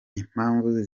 impamvu